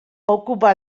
ocupa